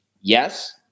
Yes